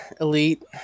elite